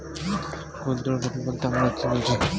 ক্ষুদ্র ঋণ বলতে আমরা কি বুঝি?